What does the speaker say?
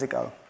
ago